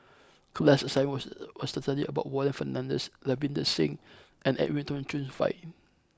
class assignment was was to study about Warren Fernandez Ravinder Singh and Edwin Tong Chun Fai